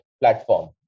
platform